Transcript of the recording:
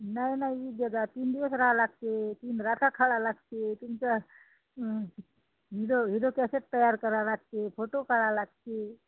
नाही नाही वीस देजा तीन दिवस रहावं लागते तीन रात खडा लागते तुमचं विडो विडो कॅसेट तयार करावं लागते फोटो काढावं लागते